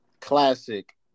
classic